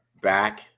back